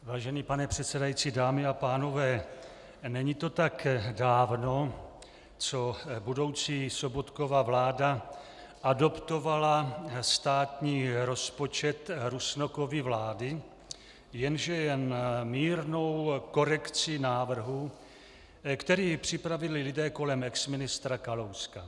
Vážený pane předsedající, dámy a pánové, není to tak dávno, co budoucí Sobotkova vláda adoptovala státní rozpočet Rusnokovy vlády, jenže jen mírnou korekcí návrhu, který připravili lidé kolem exministra Kalouska.